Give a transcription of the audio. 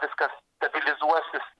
viskas stabilizuosis